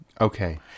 Okay